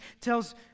tells